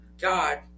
God